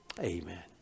Amen